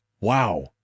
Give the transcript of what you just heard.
wow